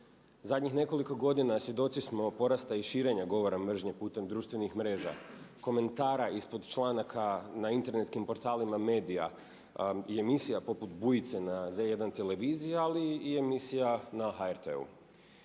Zadnjih nekoliko godina svjedoci smo porasta i širenja govora mržnje putem društvenih mreža, komentara ispod članaka na internetskim portalima medija i emisija poput Bujice na Z1 televiziji ali i emisija na HRT-u.